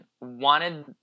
wanted